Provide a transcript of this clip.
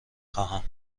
خواهم